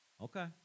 Okay